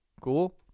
cool